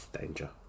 Danger